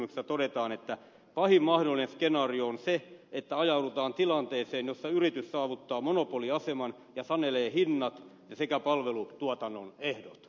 tutkimuksessa todetaan että pahin mahdollinen skenaario on se että ajaudutaan tilanteeseen jossa yritys saavuttaa monopoliaseman ja sanelee hinnat sekä palvelutuotannon ehdot